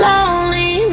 Lonely